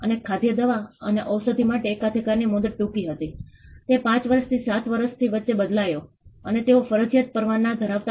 અહીં સમુદાય સાથેની અમારી ચર્ચાઓનું એક લખાણ છે જે આપણે નકશાને પહેલા વિકસાવીએ છીએ અને પછી અમે તેમાં ડેટા મૂકીએ છીએ